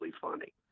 funny